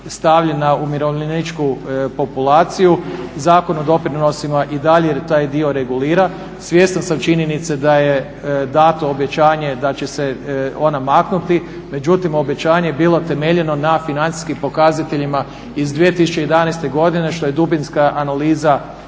stavljen na umirovljeničku populaciju. Zakon o doprinosima i dalje taj dio regulira. Svjestan sam činjenice da je dato obećanje da će se ona maknuti, međutim obećanje je bilo temeljeno na financijskim pokazateljima iz 2011. godine što je dubinska analiza